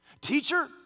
Teacher